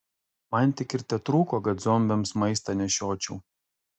man tik ir tetrūko kad zombiams maistą nešiočiau